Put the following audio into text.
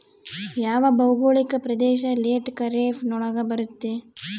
ಯಾವ ಭೌಗೋಳಿಕ ಪ್ರದೇಶ ಲೇಟ್ ಖಾರೇಫ್ ನೊಳಗ ಬರುತ್ತೆ?